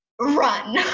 run